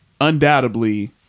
undoubtedly